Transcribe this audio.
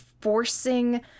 forcing